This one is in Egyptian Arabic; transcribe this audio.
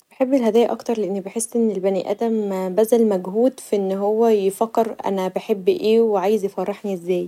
بحب الهدايا اكتر لان بحس البني ادم بذل مجهود في انه هو يفكر أنا بحب ايه و عايز يفرحني ازاي.